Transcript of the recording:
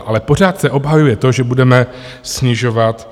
Ale pořád se obhajuje to, že budeme snižovat.